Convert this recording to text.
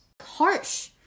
harsh